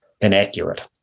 inaccurate